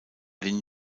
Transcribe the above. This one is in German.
den